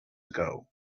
ago